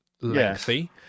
lengthy